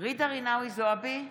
ג'ידא רינאוי זועבי,